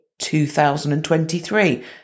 2023